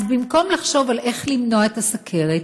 אז במקום לחשוב על איך למנוע את הסוכרת,